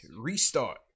restart